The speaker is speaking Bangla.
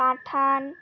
পাঠান